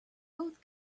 both